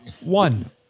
one